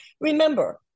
Remember